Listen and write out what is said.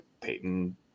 Peyton